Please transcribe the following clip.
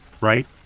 right